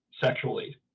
sexually